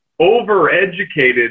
overeducated